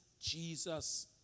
Jesus